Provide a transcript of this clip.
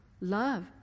Love